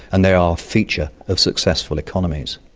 and they are a feature of successful economies.